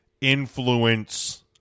influence